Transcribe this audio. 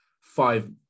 five